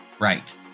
Right